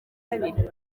kabiri